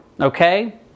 okay